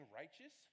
righteous